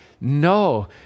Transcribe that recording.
No